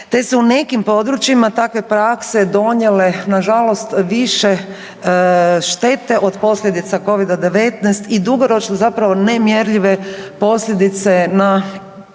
te su u nekim područjima takve prakse donijele na žalost više štete od posljedica Covida-19 i dugoročno zapravo nemjerljive posljedice u